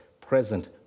present